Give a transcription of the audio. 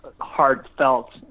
heartfelt